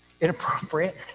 inappropriate